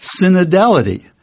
synodality